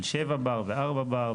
של 7 בר ו-4 בר,